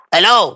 Hello